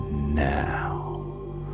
Now